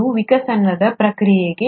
ಇದು ವಿಕಾಸದ ಪ್ರಕ್ರಿಯೆಗೆ